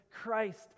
Christ